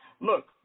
look